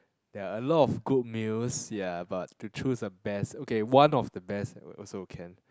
there are a lot of good meals ya but to choose the best okay one of the best also can